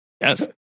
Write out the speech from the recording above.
yes